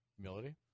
Humility